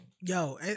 yo